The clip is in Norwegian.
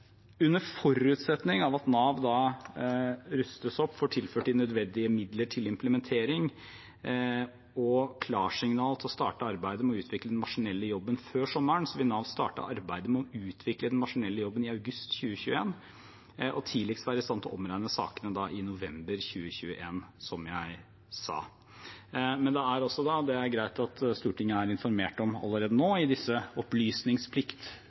Under forutsetning av at Nav rustes opp, får tilført de nødvendige midler til implementering og klarsignal til å starte arbeidet med å utvikle den maskinelle jobben før sommeren, vil Nav starte arbeidet med å utvikle den maskinelle jobben i august 2021 og tidligst være i stand til å omregne sakene i november 2021, som jeg sa. Det er greit, i disse opplysningsplikttider, at Stortinget allerede nå er informert om